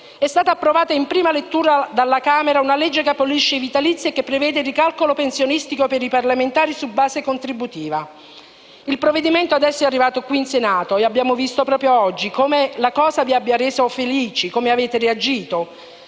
è stata approvata in prima lettura dalla Camera una legge che abolisce i vitalizi e prevede il ricalcolo pensionistico per i parlamentari su base contributiva. Il provvedimento adesso è arrivato qui in Senato e abbiamo visto proprio oggi come la cosa vi abbia reso felici e come avete reagito,